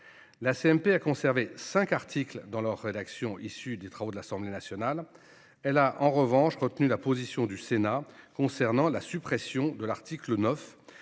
a conservé cinq articles dans leur rédaction issue des travaux de l’Assemblée nationale. Elle a toutefois retenu la position du Sénat concernant la suppression de l’article 9,